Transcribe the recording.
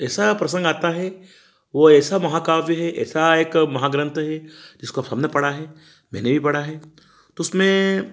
ऐसा प्रसंग आता है वह ऐसा महाकाव्य है ऐसा एक महाग्रंथ है जिसको सबने पढ़ा है मैंने भी पढ़ा है तो उसमें